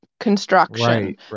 Construction